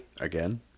again